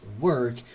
work